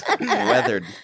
Weathered